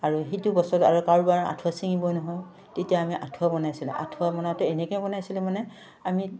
আৰু সেইটো বছৰত আৰু কাৰোবাৰ আঁঠুৱা ছিঙিবই নহয় তেতিয়া আমি আঁঠুৱা বনাইছিলোঁ আঁঠুৱা বনাওঁতে এনেকৈ বনাইছিলো মানে আমি